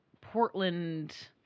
Portland